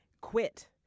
Quit